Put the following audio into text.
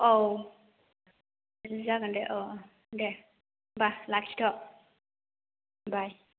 औ बिदिनो जागोन दे औ दे होमबा लाखिथ' बाय